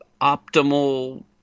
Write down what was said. optimal